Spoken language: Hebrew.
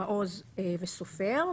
מעוז וסופר,